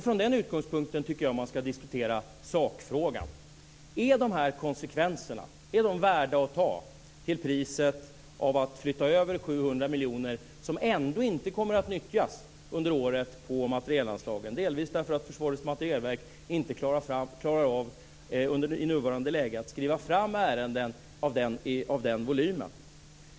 Från den utgångspunkten tycker jag man ska diskutera sakfrågan: Är de här konsekvenserna värda att ta, till priset av att flytta över 700 miljoner som ändå inte kommer att nyttjas under året på materielanslagen, delvis därför att Försvarets materielverk i nuvarande läge inte klarar av att skriva fram ärenden av den volymen?